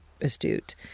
astute